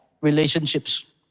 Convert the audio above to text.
relationships